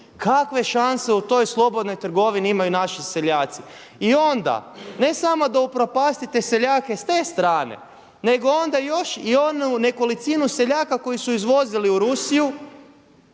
Kakve šanse u toj slobodnoj trgovini imaju naši seljaci? I onda ne samo da upropastite seljake s te strane nego onda još i onu nekolicinu seljaka koji su izvozili u Rusiju,